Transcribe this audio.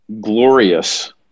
glorious